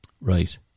right